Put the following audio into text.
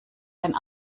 ein